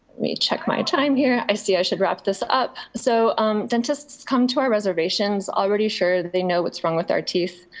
me check my time here. i see i should wrap this up. so dentists come to our reservations already sure that they know what's wrong with our teeth.